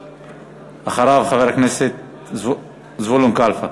אחריו, חבר הכנסת זבולון קלפה.